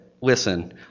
listen